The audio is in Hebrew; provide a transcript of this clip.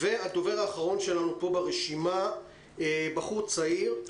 הדובר האחרון שלנו פה ברשימה הוא בחור צעיר,